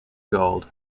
gold